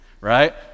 right